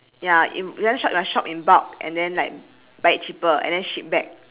ya you you want shop must shop in bulk and then like buy it cheaper and then ship back